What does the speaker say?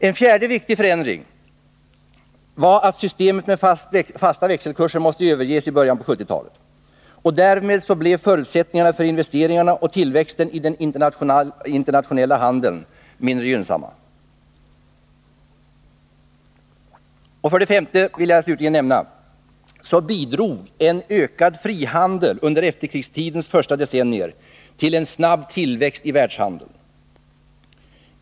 En fjärde viktig förändring var att systemet med fasta växelkurser måste överges i början på 1970-talet. Därmed blev förutsättningarna för investeringarna och tillväxten i den internationella handeln mindre gynnsamma. För det femte bidrog en ökad frihandel under efterkrigstidens första decennier till en snabb tillväxt i världshandeln.